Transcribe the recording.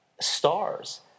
stars